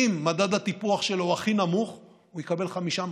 אם מדד הטיפוח שלו הוא הכי נמוך הוא יקבל חמישה מחשבים,